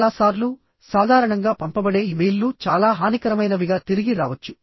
చాలా సార్లు సాధారణంగా పంపబడే ఇమెయిల్లు చాలా హానికరమైనవిగా తిరిగి రావచ్చు